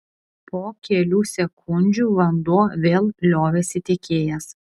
po kelių sekundžių vanduo vėl liovėsi tekėjęs